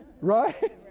right